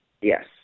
Yes